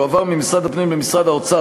יועבר ממשרד הפנים למשרד האוצר,